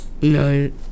No